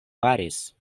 faris